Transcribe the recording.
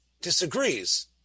disagrees